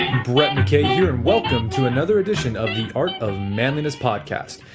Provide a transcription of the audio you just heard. brett mckay here, and welcome to another edition of the art of manliness podcast.